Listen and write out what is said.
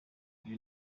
ibyo